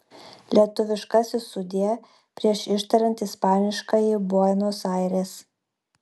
lietuviškasis sudie prieš ištariant ispaniškąjį buenos aires